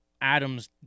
Adams